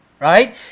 right